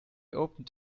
opened